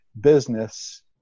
business